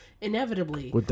inevitably